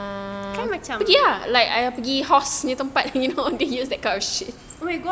kan macam oh my god